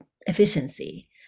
efficiency